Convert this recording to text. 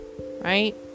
Right